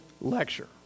lecture